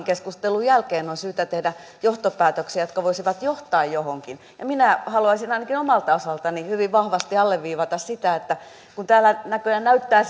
keskustelun jälkeen on syytä tehdä johtopäätöksiä jotka voisivat johtaa johonkin ja minä haluaisin ainakin omalta osaltani hyvin vahvasti alleviivata sitä että kun täällä näköjään näyttää